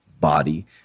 body